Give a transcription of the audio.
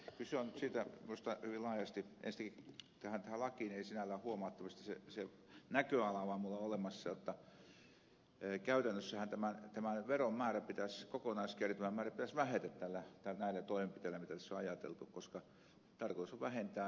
minusta kyse on nyt siitä hyvin laajasti enstäinkin tähän lakiin ei sinällään huomauttamista se näköala vaan minulla on olemassa jotta käytännössähän tämän veron määrän kokonaiskertymän määrän pitäisi vähetä näillä toimenpiteillä mitä tässä on ajateltu koska tarkoitus on vähentää jätteen määrää